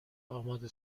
آماده